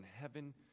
heaven